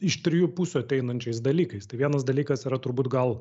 iš trijų pusių ateinančiais dalykais tai vienas dalykas yra turbūt gal